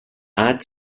add